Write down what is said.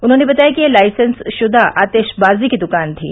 उन्होंने बताया कि यह लाइसेंस श्रदा आतिशबाजी की द्कान थी